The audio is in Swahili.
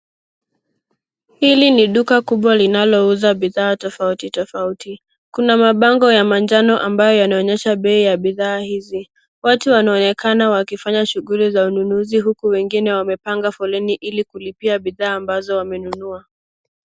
Hili ni duka kubwa linalouza bidhaa tofauti tofauti. Kuna mabango ya manjano ambayo yanaonyesha bei ya bidhaa hizi. Watu wanaonekana wakifanya shughuli za ununuzi, huku wengine wamepanga foleni ili kulipia bidhaa ambazo wamenunua.